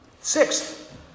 Sixth